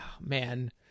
man